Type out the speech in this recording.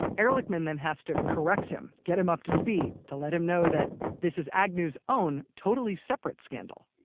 ehrlichman then has to correct him, get him up to speed to let him know that this is agnew's own totally separate scandal